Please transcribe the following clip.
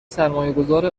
سرمایهگذار